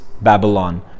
Babylon